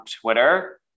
Twitter